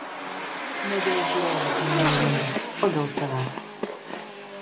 ne dėl žiūrovų einu į ringą o dėl savęs